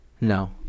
no